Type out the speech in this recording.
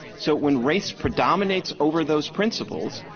so when race predominates over those principles,